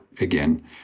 again